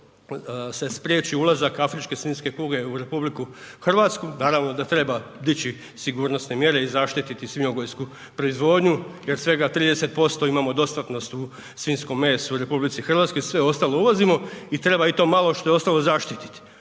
se spriječi ulazak afričke svinjske kuge u RH, naravno da treba dići sigurnosne mjere i zaštititi svinjogojsku proizvodnju jer svega 30% imamo dostatnost u svinjskom mesu u RH i sve ostalo uvozimo i treba i to malo što je ostalo zaštitit,